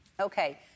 Okay